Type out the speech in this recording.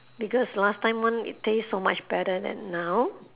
because last time one it tastes so much better than now